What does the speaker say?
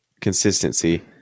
Consistency